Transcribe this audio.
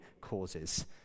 causes